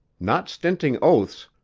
not stinting oaths,